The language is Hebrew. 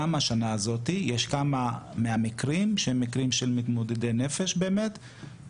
גם השנה הזאת יש כמה מהמקרים שהם מקרים של מתמודדי נפש באמת,